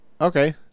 okay